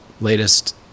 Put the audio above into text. latest